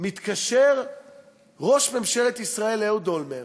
מתקשר ראש ממשלת ישראל אהוד אולמרט